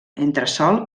entresòl